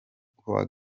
kuwa